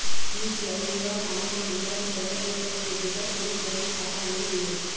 UPI सेवा म हमन ओला भी पैसा दे सकबो जेकर कोन्हो बैंक खाता नई ऐप?